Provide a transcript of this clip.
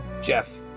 Jeff